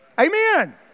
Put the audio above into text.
Amen